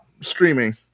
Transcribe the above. streaming